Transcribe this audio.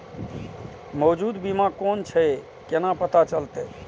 मौजूद बीमा कोन छे केना पता चलते?